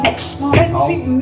Expensive